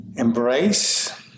embrace